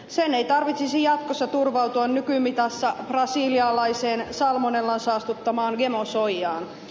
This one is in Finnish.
sen ei tarvitsisi jatkossa turvautua nykymitassa brasilialaiseen salmonellan saastuttamaan gemosoijaan